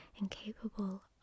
incapable